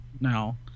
now